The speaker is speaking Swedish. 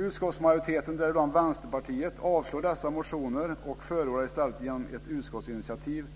Utskottsmajoriteten, däribland Vänsterpartiet, avstyrker dessa motioner och förordar i stället genom ett utskottsinitiativ